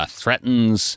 threatens